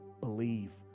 believe